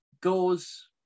goes